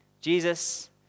Jesus